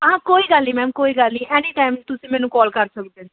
ਹਾਂ ਕੋਈ ਗੱਲ ਨਹੀਂ ਮੈਮ ਕੋਈ ਗੱਲ ਨਹੀਂ ਐਨੀ ਟਾਈਮ ਤੁਸੀਂ ਮੈਨੂੰ ਕਾਲ ਕਰ ਸਕਦੇ